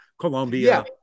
Colombia